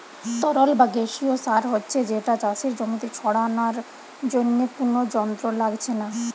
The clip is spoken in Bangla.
তরল বা গেসিও সার হচ্ছে যেটা চাষের জমিতে ছড়ানার জন্যে কুনো যন্ত্র লাগছে না